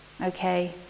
okay